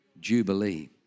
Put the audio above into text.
Jubilee